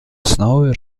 основой